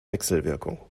wechselwirkung